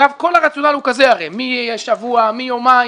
אגב, כל הרציונל הוא כזה משבוע, מיומיים.